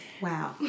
wow